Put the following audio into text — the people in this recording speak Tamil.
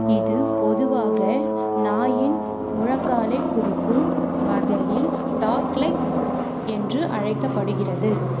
இது பொதுவாக நாயின் முழங்காலைக் குறிக்கும் வகையில் டாக்லெக் என்று அழைக்கப்படுகிறது